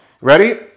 Ready